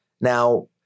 Now